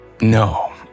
no